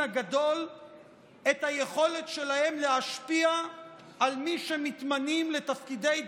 הגדול את היכולת שלהם להשפיע על מי שמתמנים לתפקידי דיינות,